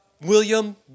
William